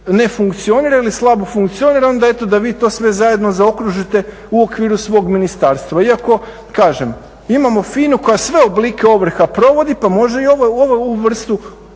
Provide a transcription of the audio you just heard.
ne funkcionira ili slabo funkcionira, onda eto da vi to sve zajedno zaokružite u okviru svog ministarstva. Iako kažem, imamo FINA-u koja sve oblike ovrha provodi pa može i ovu vrstu